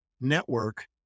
network